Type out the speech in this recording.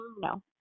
no